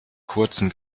kurzen